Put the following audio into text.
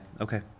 okay